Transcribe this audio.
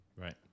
Right